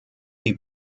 die